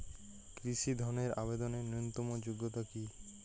কৃষি ধনের আবেদনের ন্যূনতম যোগ্যতা কী?